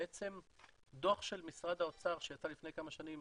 בעצם דו"ח של משרד האוצר שיצא לפני כמה שנים,